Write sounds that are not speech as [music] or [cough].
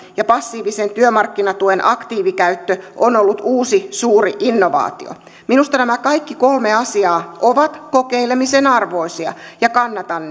ja passiivisen työmarkkinatuen aktiivikäyttö on ollut uusi suuri innovaatio minusta nämä kaikki kolme asiaa ovat kokeilemisen arvoisia ja kannatan [unintelligible]